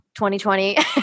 2020